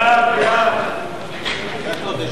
אנחנו עוברים